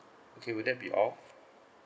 okay will that be all